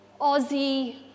Aussie